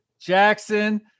Jackson